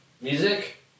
Music